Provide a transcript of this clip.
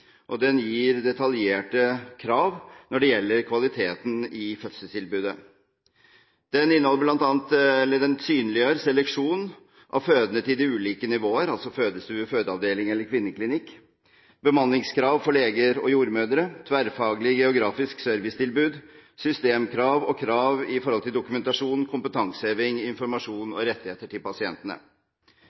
og den gir detaljerte krav når det gjelder kvaliteten i fødselstilbudet. Den synliggjør seleksjon av fødende til de ulike nivåer, altså fødestue, fødeavdeling eller kvinneklinikk, bemanningskrav for leger og jordmødre, tverrfaglig geografisk servicetilbud, systemkrav og krav i forhold til dokumentasjon, kompetanseheving, informasjon og rettigheter til pasientene.